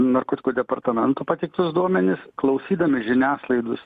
narkotikų departamento pateiktus duomenis klausydami žiniasklaidos